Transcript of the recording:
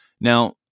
Now